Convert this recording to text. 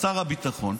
שר הביטחון,